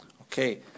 Okay